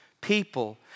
people